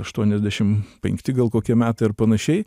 aštuoniasdešim penkti gal kokie metai ar panašiai